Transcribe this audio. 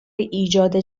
ایجاد